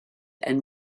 and